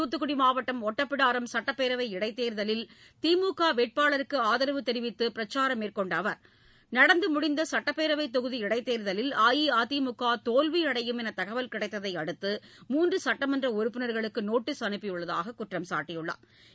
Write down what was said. தூத்துக்குடி மாவட்டம் ஒட்டப்பிடாரம் சட்டப்பேரவை இடைத்தேர்தலில் திமுக வேட்பாளருக்கு ஆதரவு தெரிவித்து பிரச்சாரம் மேற்கொண்ட அவர் நடந்து முடிந்த சுட்டப்பேரவை தொகுதி இடைத்தேர்தலில் அஇஅதிமுக தோல்வியடையும் என்று தகவல் கிடைத்ததை அடுத்து மூன்று சுட்டமன்ற உறுப்பினா்களுக்கு நோட்டஸ் அனுப்பியுள்ளதாக குற்றம்சாட்டியுள்ளாா்